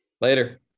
Later